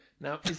Now